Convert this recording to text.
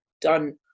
done